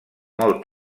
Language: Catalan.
molt